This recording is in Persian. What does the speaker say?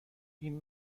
این